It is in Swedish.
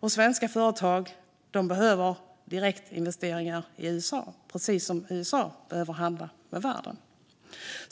och svenska företag behöver göra direktinvesteringar i USA precis som USA behöver handla med världen.